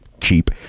cheap